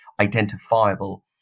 identifiable